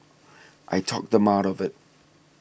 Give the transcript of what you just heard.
I talked them out of it